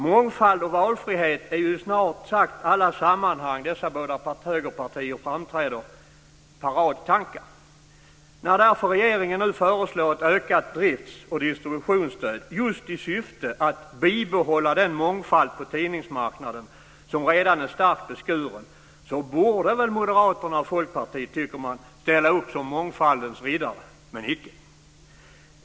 Mångfald och valfrihet är ju i snart sagt alla sammanhang dessa båda borgerliga partiers paradtankar. När regeringen nu föreslår ett ökat drifts och distributionsstöd just i syfte att bibehålla den mångfald på tidningsmarknaden som redan är starkt beskuren borde väl moderaterna och Folkpartiet, tycker man, ställa upp som mångfaldens riddare, men icke.